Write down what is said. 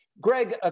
Greg